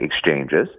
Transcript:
exchanges